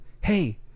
hey